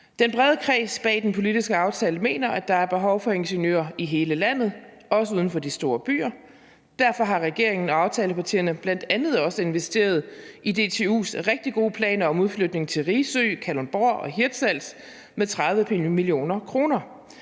Den brede kreds bag den politiske aftale mener, at der er behov for ingeniører i hele landet, også uden for de store byer. Derfor har regeringen og aftalepartierne bl.a. også investeret i DTU's rigtig gode planer om en udflytning til Risø, Kalundborg og Hirtshals med 30 mio. kr.